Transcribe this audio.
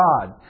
God